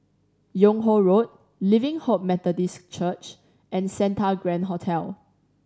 Yung Ho Road Living Hope Methodist Church and Santa Grand Hotel